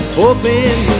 hoping